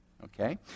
Okay